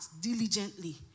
diligently